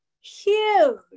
huge